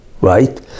right